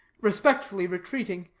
respectfully retreating,